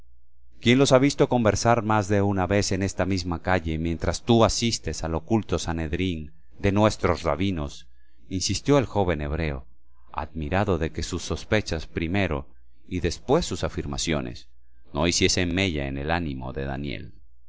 quien los ha visto conversar más de una vez en esta misma calle mientras tú asistes al oculto sanedrín de nuestros rabinos insistió el joven hebreo admirado de que sus sospechas primero y después sus afirmaciones no hiciesen mella en el ánimo de daniel